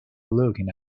looking